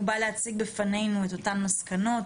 ובא להציג בפנינו את המסקנות.